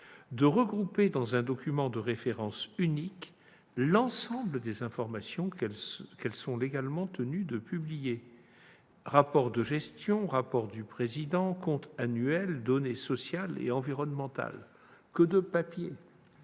de regrouper dans un document de référence unique l'ensemble des informations qu'elles sont légalement tenues de publier, comme le rapport de gestion du conseil, le rapport du président, les comptes annuels ou les données sociales et environnementales : que de papier !